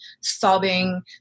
sobbing